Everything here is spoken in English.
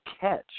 catch